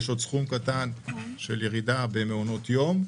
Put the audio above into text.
יש עוד סכום קטן של ירידה במעונות יום.